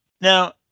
Now